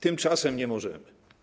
Tymczasem nie możemy.